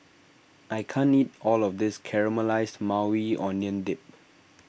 I can't eat all of this Caramelized Maui Onion Dip